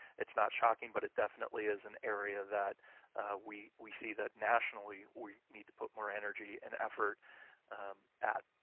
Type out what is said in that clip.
it's not shocking, but it definitely is an area that we we see that nationally we need to put more energy and effort at.